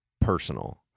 personal